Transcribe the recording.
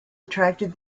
attracted